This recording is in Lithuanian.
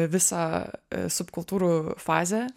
visą subkultūrų fazę